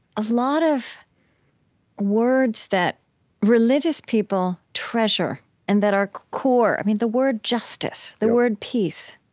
a lot of words that religious people treasure and that are core the word justice, the word peace,